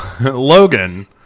Logan